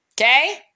okay